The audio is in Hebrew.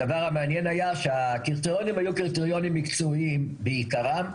הדבר המעניין היה שהקריטריונים היו קריטריונים מקצועיים בעיקרם,